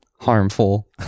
Harmful